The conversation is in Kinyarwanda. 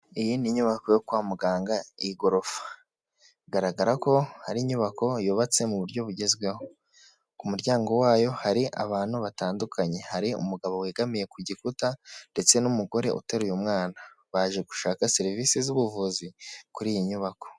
Iyi ni nyubako yo kwa muganga y'igorofa bigaragara ko ari inyubako yubatse mu buryo bugezweho, ku muryango wayo hari abantu batandukanye, hari umugabo wegamiye ku gikuta ndetse n'umugore uteruye umwana baje gushaka serivisi z'ubuvuzi kuri iyi nyubako.